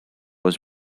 was